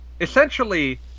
essentially